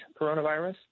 coronavirus